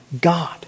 God